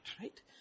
right